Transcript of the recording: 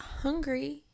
hungry